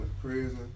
prison